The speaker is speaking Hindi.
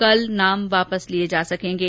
कल नाम वापस लिये जा सकेंगे